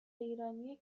ایرانی